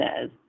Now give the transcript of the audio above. says